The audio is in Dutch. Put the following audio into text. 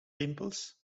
rimpels